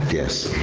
yes.